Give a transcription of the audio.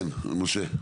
כן, משה?